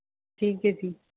ਠੀਕ ਹੈ ਜੀ